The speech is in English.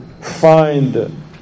find